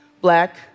Black